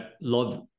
love